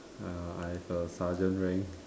ah I have a sergeant rank